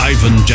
Ivan